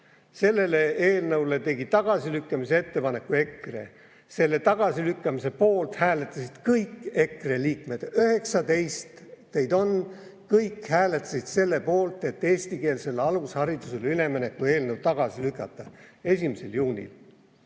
selle eelnõu tagasilükkamise ettepaneku. Eelnõu tagasilükkamise poolt hääletasid kõik EKRE liikmed – 19 teid on, kõik hääletasid selle poolt, et eestikeelsele alusharidusele ülemineku eelnõu tagasi lükata 1. juunil.